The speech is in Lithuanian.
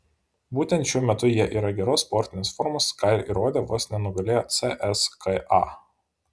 būtent šiuo metu jie yra geros sportinės formos ką ir įrodė vos nenugalėję cska